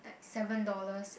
seven dollars